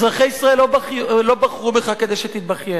אזרחי ישראל לא בחרו בך כדי שתתבכיין.